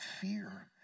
fear